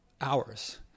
hours